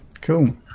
Cool